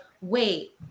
wait